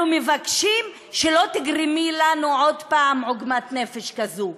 אנחנו מבקשים שלא תגרמי לנו עוד פעם עוגמת נפש כזו.